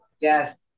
Yes